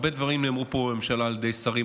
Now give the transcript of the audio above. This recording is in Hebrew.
הרבה דברים נאמרו בממשלה על ידי שרים,